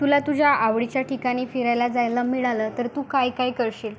तुला तुझ्या आवडीच्या ठिकाणी फिरायला जायला मिळालं तर तू काय काय करशील